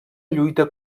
lluita